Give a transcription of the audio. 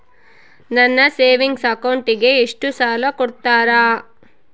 ನನ್ನ ಸೇವಿಂಗ್ ಅಕೌಂಟಿಗೆ ಎಷ್ಟು ಸಾಲ ಕೊಡ್ತಾರ?